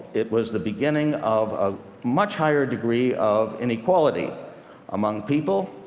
it was the beginning of a much higher degree of inequality among people.